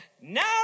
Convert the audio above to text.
Now